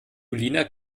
julina